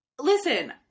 Listen